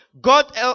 God